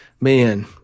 man